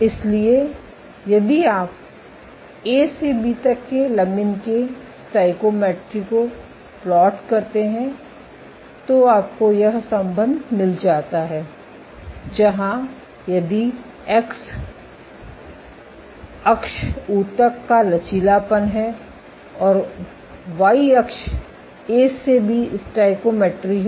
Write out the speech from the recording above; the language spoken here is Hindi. इसलिए यदि आप ए से बी तक के लमिन के स्टोइकोमेट्री को प्लॉट करते हैं तो आपको यह संबंध मिल जाता है जहां यदि एक्स अक्ष ऊतक का लचीलापन है और वाई अक्ष ए से बी स्टोइकोमेट्री है